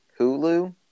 Hulu